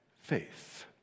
faith